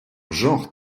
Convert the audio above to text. genre